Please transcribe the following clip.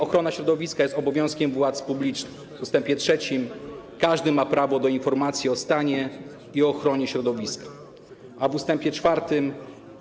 Ochrona środowiska jest obowiązkiem władz publicznych”, ust. 3: „Każdy ma prawo do informacji o stanie i ochronie środowiska”, ust. 4: